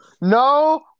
No